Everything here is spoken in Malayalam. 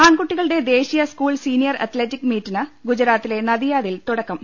ആൺകുട്ടികളുടെ ദേശീയ സ്കൂൾ സീനിയർ അത്ലറ്റിക് മീറ്റിന് ഗുജറാത്തിലെ നദിയാദിൽ തുടക്കം